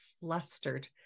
flustered